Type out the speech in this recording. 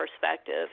perspective